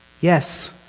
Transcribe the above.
Yes